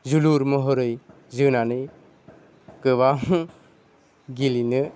जोलुर महरै जोनानै गोबां गेलेनो